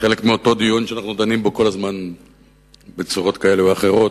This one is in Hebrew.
חלק מאותו דיון שאנחנו דנים כל הזמן בצורות כאלה ואחרות,